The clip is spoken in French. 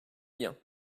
bien